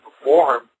perform